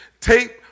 Tape